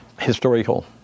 historical